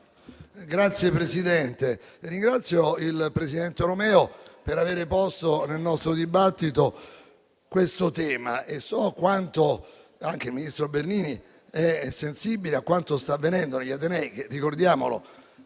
Signor Presidente, ringrazio il presidente Romeo per avere posto nel nostro dibattito questo tema e so quanto anche il ministro Bernini sia sensibile a quanto sta avvenendo negli atenei, che - ricordiamolo